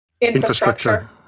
infrastructure